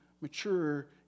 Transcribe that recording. mature